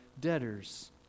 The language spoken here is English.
debtors